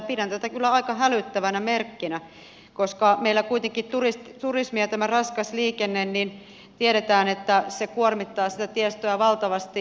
pidän tätä kyllä aika hälyttävänä merkkinä koska meillä kuitenkin on turismi ja tämä raskas liikenne ja tiedetään että se kuormittaa tiestöä valtavasti